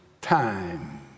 time